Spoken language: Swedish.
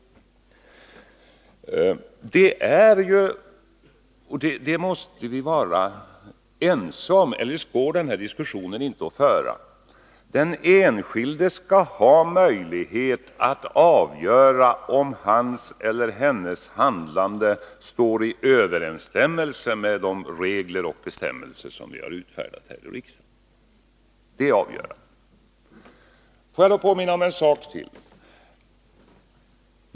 Den enskilde skall ha möjlighet — det måste vi vara överens om; eljest går det inte att föra den här diskussionen — att avgöra om hans eller hennes handlande står i överensstämmelse med de regler och bestämmelser som vi utfärdat här i dag. Det är avgörande. Får jag då påminna om en sak till.